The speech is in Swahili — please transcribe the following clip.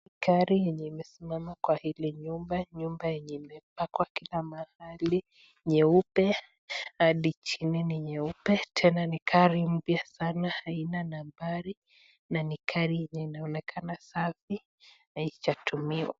Gari yenye imesimama nyumba enye imepangwa kila mahali nyeupe hadi chini, ni nyeupe tena gari hili ni mpya haina nambari na ni gari yenye inaonekana safi haija tumiwa.